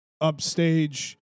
upstage